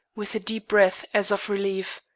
with a deep breath as of relief.